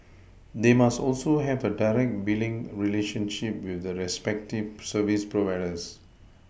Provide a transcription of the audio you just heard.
they must also have a direct Billing relationship with the respective service providers